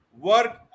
work